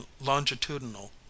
longitudinal